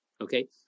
okay